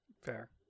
Fair